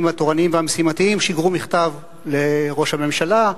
התורניים והמשימתיים שיגרו מכתב לראש הממשלה,